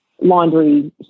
laundry